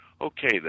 Okay